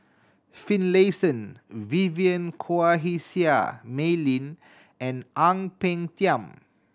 Finlayson Vivien Quahe Seah Mei Lin and Ang Peng Tiam